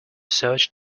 search